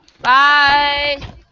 Bye